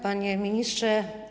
Panie Ministrze!